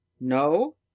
no